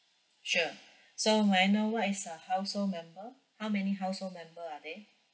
sure so may I know what is a household member how many household member are there